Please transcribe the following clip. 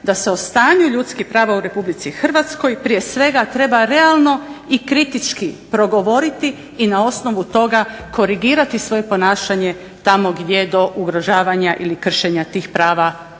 da se o stanju ljudskih prava u Republici Hrvatskoj prije svega treba realno i kritički progovoriti i na osnovu toga korigirati svoje ponašanje tamo gdje do ugrožavanja ili kršenja tih prava